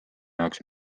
jaoks